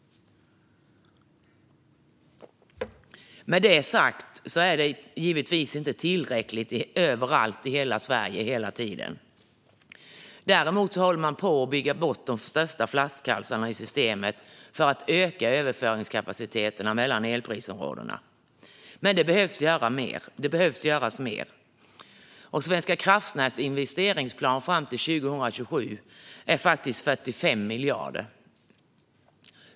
Med detta sagt är det givetvis inte tillräckligt överallt i hela Sverige hela tiden. Däremot håller man på att bygga bort de största flaskhalsarna i systemet för att öka överföringskapaciteterna mellan elprisområdena. Men det behöver göras mer. Svenska kraftnäts investeringsplan fram till 2027 omfattar faktiskt 45 miljarder.